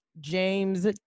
James